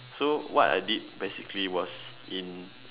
so what I did basically was in